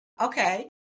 Okay